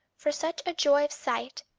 for such a joy of sight,